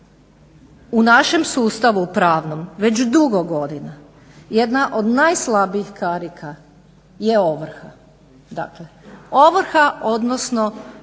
u našem sustavu pravnom već dugo godina jedna od najslabijih karika je ovrha. Dakle, ovrha odnosno